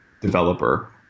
developer